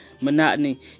monotony